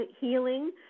healing